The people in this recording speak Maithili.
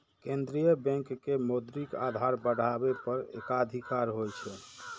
केंद्रीय बैंक के मौद्रिक आधार बढ़ाबै पर एकाधिकार होइ छै